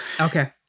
Okay